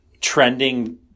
trending